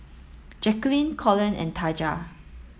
Jacquelin Colon and Taja